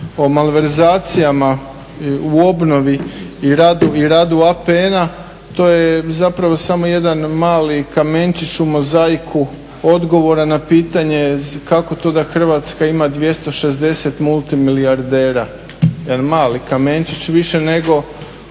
o malverzacijama u obnovi i radu APN-a. To je zapravo samo jedan mali kamenčić u mozaiku odgovora na pitanje kako to da Hrvatska ima 260 multimilijardera, jedan mali kamenčić više nego,